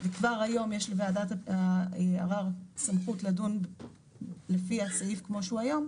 וכבר היום יש לוועדת ערער סמכות לדון לפי הסעיף כפי שהוא היום,